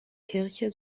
kirche